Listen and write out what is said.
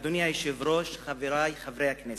אדוני היושב-ראש, חברי חברי הכנסת,